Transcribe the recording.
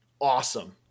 awesome